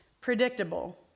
predictable